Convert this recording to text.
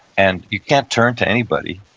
and you can't turn to anybody.